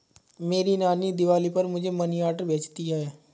मेरी नानी दिवाली पर मुझे मनी ऑर्डर भेजती है